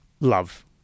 love